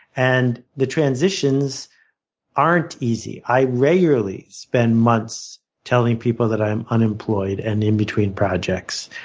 and the transitions aren't easy. i regularly spend months telling people that i'm unemployed and in between projects.